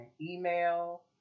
email